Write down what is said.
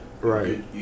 Right